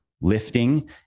Lifting